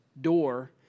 door